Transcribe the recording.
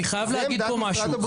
זאת עמדת משרד הבריאות, בבקשה.